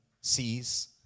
sees